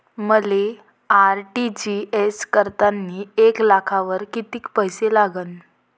मले आर.टी.जी.एस करतांनी एक लाखावर कितीक पैसे लागन?